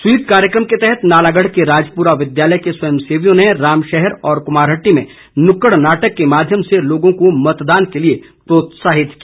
SVEEP कार्यक्रम के तहत नालागढ़ के राजपुरा विद्यालय के स्वयंसेवियों ने राम शहर और कुमारहट्टी नुक्कड़ नाटक के माध्यम से लोगों को मतदान के लिए प्रोत्साहित किया